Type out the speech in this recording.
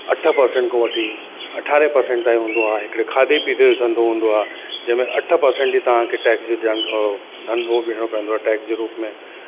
अठ परसंट खां वठी अठारे परसंट ताईं हूंदो आहे हिकिड़े खाधे पीते जो धंधो हूंदो आहे जंहिं में अठ परसंट ई तव्हांखे टैक्स जी ध्यानु उहो धन उहो ॾियणो पवंदो आहे टैक्स जे रूप में